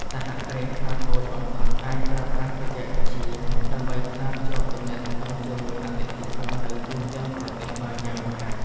សហគ្រាសខ្នាតតូចបំផុតអាចប្រើប្រាស់បច្ចេកវិទ្យា ដើម្បីផ្សារភ្ជាប់ទំនាក់ទំនងជាមួយអតិថិជននៅទូទាំងប្រទេសបានយ៉ាងរហ័ស។